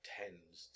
tends